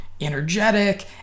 energetic